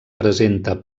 presenta